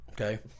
Okay